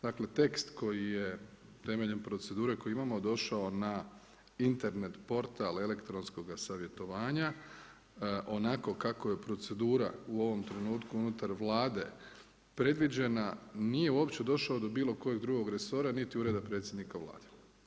Dakle tekst koji je temeljem procedure koju imamo došao na Internet portal elektronskoga savjetovanja onako kako je procedura u ovom trenutku unutar Vlade predviđena, nije uopće došao do bilo kojeg drugog resora niti Ureda predsjednika Vlade.